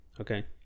Okay